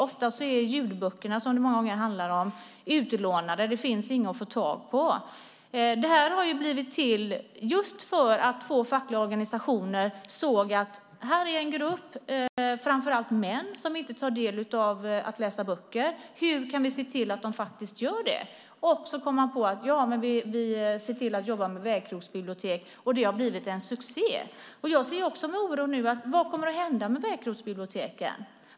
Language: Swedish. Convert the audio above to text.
Oftast är ljudböckerna, som det många gånger handlar om, utlånade. Det finns inga att få tag på. De har blivit till just för att våra fackliga organisationer såg att här är en grupp, framför allt män, som inte läser böcker och tänkte: Hur kan vi se till att de gör det? Så kom man på att börja jobba med vägkrogsbibliotek, och det har blivit en succé. Jag ser med oro vad som kommer att hända med vägkrogsbiblioteken.